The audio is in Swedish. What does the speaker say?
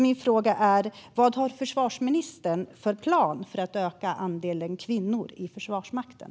Min fråga är därför: Vad har försvarsministern för plan för att öka andelen kvinnor i Försvarsmakten?